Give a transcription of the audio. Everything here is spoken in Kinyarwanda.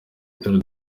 tour